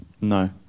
No